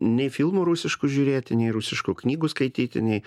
nei filmų rusiškų žiūrėti nei rusiškų knygų skaityti nei